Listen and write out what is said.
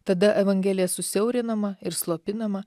tada evangelija susiaurinama ir slopinama